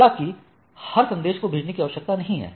हालांकि हर संदेश को भेजने की आवश्यकता नहीं है